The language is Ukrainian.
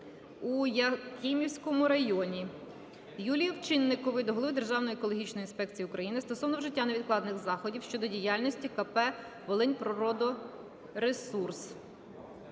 у Якимівському районі. Юлії Овчинникової до голови Державної екологічної інспекції України стосовно вжиття невідкладних заходів щодо діяльності КП "Волиньприродресурс".